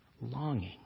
longing